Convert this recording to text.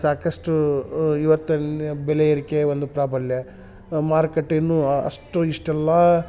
ಸಾಕಷ್ಟು ಇವತ್ತಿನ ಬೆಲೆ ಏರಿಕೆಯ ಒಂದು ಪ್ರಾಬಲ್ಯ ಮಾರುಕಟ್ಟೆ ಇನ್ನು ಅಷ್ಟು ಇಷ್ಟೆಲ್ಲಾ